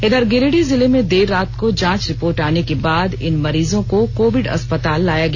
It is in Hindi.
इधर गिरिडीह जिले में देर रात को जांच रिपोर्ट आने के बाद इन मरीजों को कोविड अस्पताल लाया गया